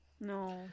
No